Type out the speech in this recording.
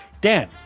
Dan